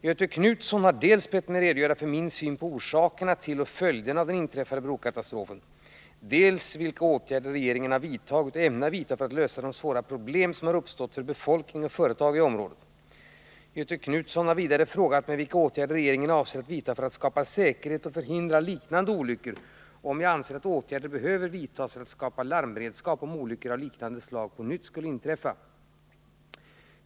Göthe Knutson har dels bett mig redogöra för min syn på orsakerna till och följderna av den inträffade brokatastrofen, dels frågat mig vilka åtgärder regeringen har vidtagit och ämnar vidta för att lösa de svåra problem som har uppstått för befolkning och företag i området. Göthe Knutson har vidare frågat mig vilka åtgärder regeringen avser att vidta för att skapa säkerhet och förhindra liknande olyckor och om jag anser att åtgärder behöver vidtas för att skapa larmberedskap om olyckor av liknande slag på nytt skulle inträffa.